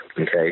okay